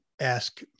ask